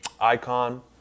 icon